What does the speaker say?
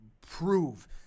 prove